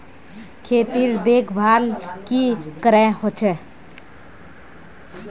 खेतीर देखभल की करे होचे?